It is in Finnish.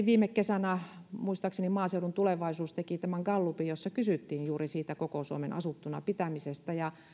viime kesänä muistaakseni maaseudun tulevaisuus teki gallupin jossa kysyttiin juuri siitä koko suomen asuttuna pitämisestä ja